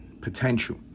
potential